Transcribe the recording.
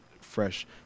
fresh